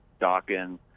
Dawkins